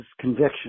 conviction